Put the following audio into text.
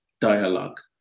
dialogue